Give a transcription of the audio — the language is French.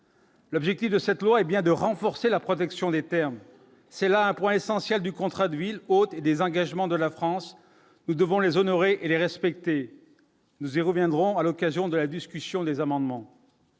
L'objectif de cette loi est bien de renforcer la protection des Terres, c'est là un point essentiel du contrat de ville hôte des engagements de la France ou devant les honorer et respecté, nous y reviendrons à l'occasion de la discussion des amendements